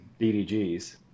DDGs